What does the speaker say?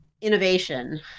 innovation